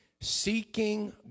Seeking